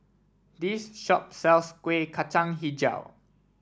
this shop sells Kuih Kacang hijau